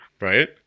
Right